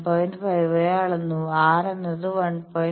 5 ആയി അളന്നു R എന്നത് 1